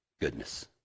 goodness